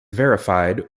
verified